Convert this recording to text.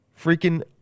Freaking